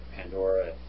Pandora